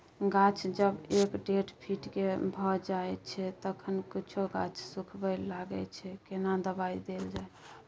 गाछ जब एक डेढ फीट के भ जायछै तखन कुछो गाछ सुखबय लागय छै केना दबाय देल जाय?